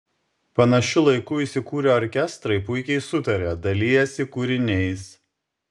panašiu laiku įsikūrę orkestrai puikiai sutaria dalijasi kūriniais